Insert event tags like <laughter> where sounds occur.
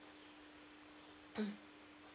<coughs>